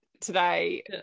today